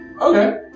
okay